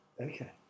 Okay